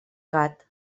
gat